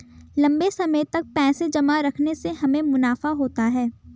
लंबे समय तक पैसे जमा रखने से हमें मुनाफा होता है